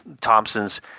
thompson's